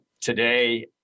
Today